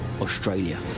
Australia